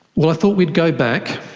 but i thought we'd go back,